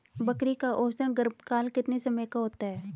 बकरी का औसतन गर्भकाल कितने समय का होता है?